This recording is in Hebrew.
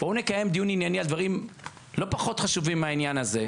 בואו נקיים דיון ענייני על דברים לא פחות חשובים מהעניין הזה,